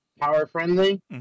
power-friendly